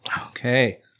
Okay